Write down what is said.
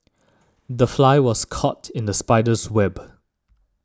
the fly was caught in the spider's web